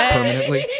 Permanently